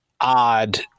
odd